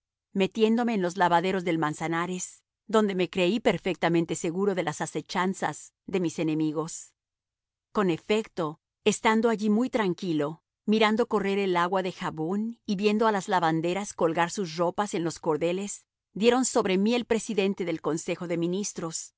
metiéndome en los lavaderos del manzanares donde me creí perfectamente seguro de las asechanzas de mis enemigos con efecto estando allí muy tranquilo mirando correr el agua de jabón y viendo a las lavanderas colgar sus ropas en los cordeles dieron sobre mí el presidente del consejo de ministros